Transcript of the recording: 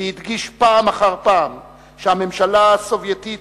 והדגיש פעם אחר פעם שהממשלה הסובייטית